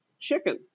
chicken